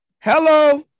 Hello